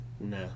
No